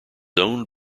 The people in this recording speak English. owned